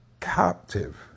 captive